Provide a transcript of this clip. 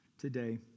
Today